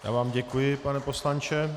Já vám děkuji, pane poslanče.